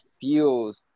feels